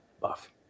buff